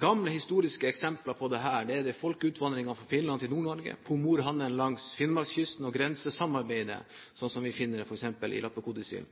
Gamle historiske eksempler på dette er folkeutvandringene fra Finland til Nord-Norge, pomorhandelen langs Finnmarkskysten og grensesamarbeidet slik vi finner det f.eks. i Lappekodisillen.